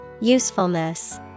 Usefulness